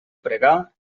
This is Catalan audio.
pregar